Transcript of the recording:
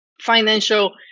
financial